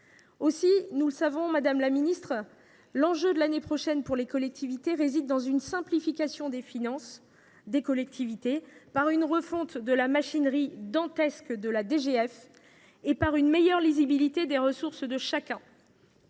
présente mission. Madame la ministre, l’enjeu de l’année prochaine pour les collectivités réside dans une simplification des finances des collectivités, une refonte de la machinerie dantesque de la DGF et une meilleure lisibilité des ressources de chacun.